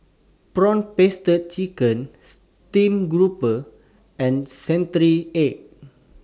Prawn Paste Chicken Steamed Grouper and Century Egg